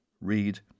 read